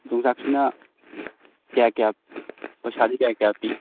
ꯌꯣꯡꯆꯥꯛꯁꯤꯅ ꯀꯌꯥ ꯀꯌꯥ ꯄꯩꯁꯥꯗꯤ ꯀꯌꯥ ꯀꯌꯥ ꯄꯤ